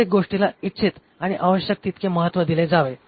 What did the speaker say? प्रत्येक गोष्टीला इच्छित आणि आवश्यक तितके महत्व दिले जावे